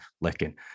licking